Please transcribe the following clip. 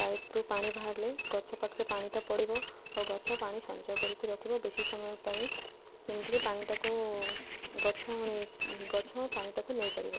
ପାଇପ୍ରୁ ପାଣି ବାହାରିଲେ ଗଛ ପାଖରେ ପାଣିଟା ପଡ଼ିବ ଆଉ ଗଛ ପାଣି ସଞ୍ଚୟ କରିକି ରଖିବ ବେଶୀ ସମୟ ପାଇଁ ଯେମିତିକି ପାଣିଟାକୁ ଗଛ ଗଛ ପାଣିଟାକୁ ନେଇପାରିବ